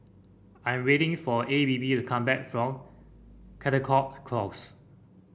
I'm waiting for A B B to come back from Caldecott Close